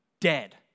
dead